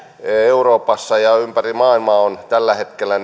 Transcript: euroopassa ja ympäri maailmaa on tällä hetkellä